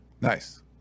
nice